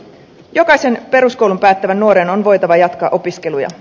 jokaisen peruskoulun päättävän nuoren on voitava jatkaa opiskeluja